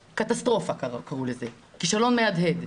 קטסטרופה, קראו לזה, כישלון מהדהד,